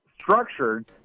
structured